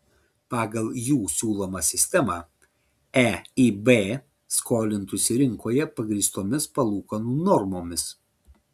pagal jų siūlomą sistemą eib skolintųsi rinkoje pagrįstomis palūkanų normomis